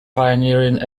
pioneering